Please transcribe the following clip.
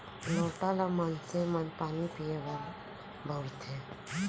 लोटा ल मनसे मन पानी पीए बर बउरथे